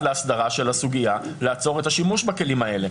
להסדרה של הסוגיה לעצור את השימוש בכלים האלה,